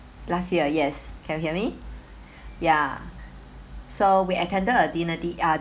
last year yes can you hear me ya so we attended a dinner d uh